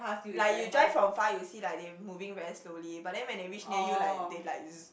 like you drive from far you will see like they moving very slowly but then when they reach near you like they like